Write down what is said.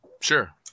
Sure